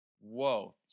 whoa